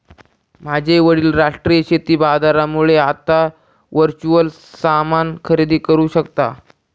माझे वडील राष्ट्रीय शेती बाजारामुळे आता वर्च्युअल सामान खरेदी करू शकता